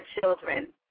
children